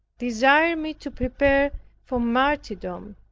desired me to prepare for martyrdom.